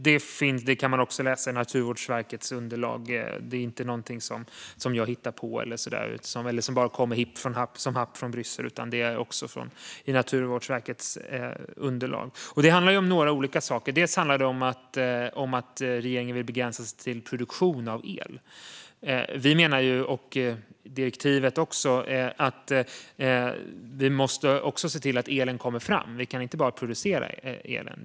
Det kan man också läsa i Naturvårdsverkets underlag. Det är inte någonting som jag hittar på eller som kommer hipp som happ från Bryssel, utan det står i Naturvårdsverkets underlag. Det handlar om några olika saker. Det handlar om att regeringen vill begränsa sig till produktion av el. Vi menar, och också direktivet, att vi också måste se till att elen kommer fram. Vi kan inte bara producera elen.